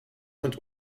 und